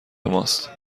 ماست